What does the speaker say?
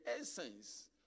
essence